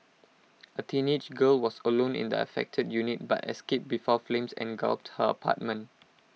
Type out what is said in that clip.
A teenage girl was alone in the affected unit but escaped before flames engulfed her apartment